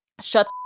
shut